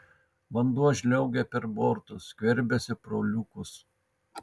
vanduo žliaugia per bortus skverbiasi pro liukus